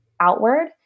outward